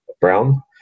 brown